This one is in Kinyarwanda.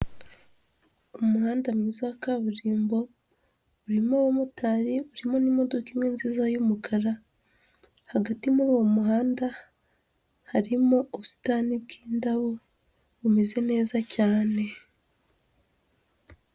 Umuhanda mwiza wa kaburimbo urimo umumotari, urimo n'imodoka imwe nziza y'umukara, hagati muri uwo muhanda harimo ubusitani bw'indabo bumeze neza cyane.